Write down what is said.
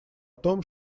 том